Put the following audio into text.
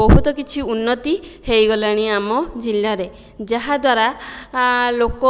ବହୁତ କିଛି ଉନ୍ନତି ହୋଇଗଲାଣି ଆମ ଜିଲ୍ଲାରେ ଯାହାଦ୍ଵାରା ଲୋକ